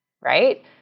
right